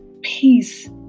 peace